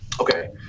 okay